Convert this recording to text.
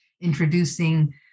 introducing